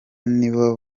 nibo